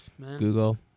Google